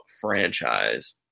franchise